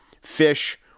fish